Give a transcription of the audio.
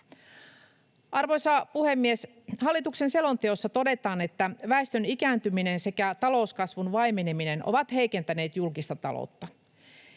Arvoisa puhemies! Hallituksen selonteossa todetaan, että väestön ikääntyminen sekä talouskasvun vaimeneminen ovat heikentäneet julkista taloutta.